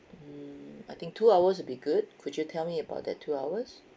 mm I think two hours would be good could you tell me about that two hours